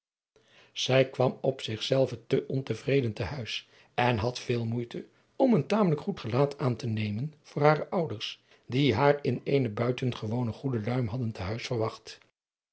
zij kwam op zich zelve te onvreden te huis en had veel moeite om een tamelijk goed gelaat aan te nemen voor hare ouders die haar in eene buitengewoon goede luim hadden te huis verwacht